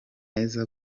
ebola